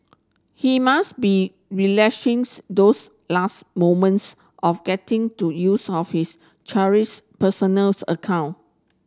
he must be relishing those last moments of getting to use of his cherished personal account